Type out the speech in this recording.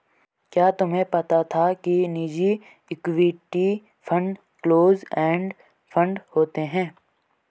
क्या तुम्हें पता था कि निजी equity fund close end fund होते हैं?